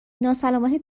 ناسلامتی